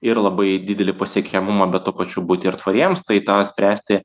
ir labai didelį pasiekiamumą bet tuo pačiu būti ir tvariems tai tą spręsti